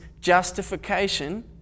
justification